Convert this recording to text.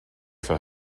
for